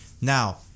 Now